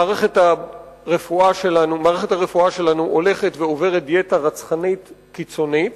מערכת הרפואה שלנו הולכת ועוברת דיאטה רצחנית קיצונית,